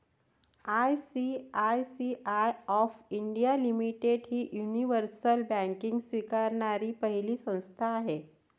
ICICI of India limited ही universal banking स्वीकारणारी पहिली संस्था आहे